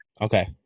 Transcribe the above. Okay